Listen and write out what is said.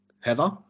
Heather